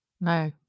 No